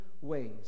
ways